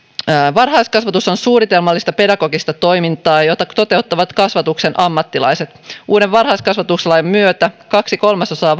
varhaiskasvatus on suunnitelmallista pedagogista toimintaa jota toteuttavat kasvatuksen ammattilaiset uuden varhaiskasvatuslain myötä kaksi kolmasosaa